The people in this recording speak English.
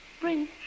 Bring